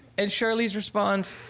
and charlize's response,